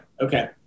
okay